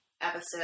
episode